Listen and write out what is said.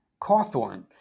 Cawthorn